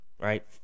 Right